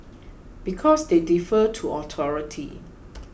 because they defer to authority